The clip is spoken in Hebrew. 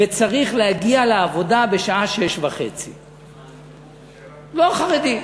וצריך להגיע לעבודה בשעה 06:30. לא חרדי.